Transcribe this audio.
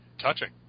touching